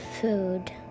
food